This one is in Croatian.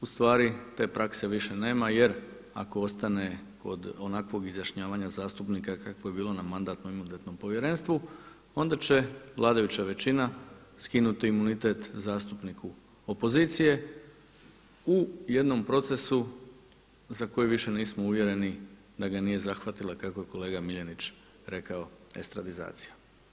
U stvari te prakse više nema, jer ako ostane kod onakvog izjašnjavanja zastupnika kakvo je bilo na Mandatno-imunitetnom povjerenstvu onda će vladajuća većina skinuti imunitet zastupniku opozicije u jednom procesu za koji više nismo uvjereni da ga nije zahvatila kako je kolega Miljenić rekao estradizacija.